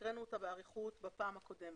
הקראנו אותה באריכות בדיון הקודם